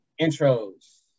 intros